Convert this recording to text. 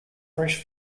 fresh